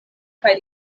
kaj